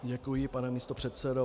Děkuji, pane místopředsedo.